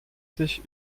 sich